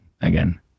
again